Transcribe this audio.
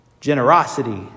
generosity